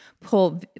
pull